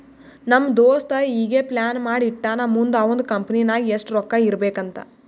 ನಮ್ ದೋಸ್ತ ಈಗೆ ಪ್ಲಾನ್ ಮಾಡಿ ಇಟ್ಟಾನ್ ಮುಂದ್ ಅವಂದ್ ಕಂಪನಿ ನಾಗ್ ಎಷ್ಟ ರೊಕ್ಕಾ ಇರ್ಬೇಕ್ ಅಂತ್